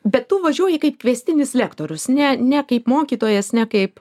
bet tu važiuoji kaip kviestinis lektorius ne ne kaip mokytojas ne kaip